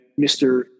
Mr